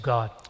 God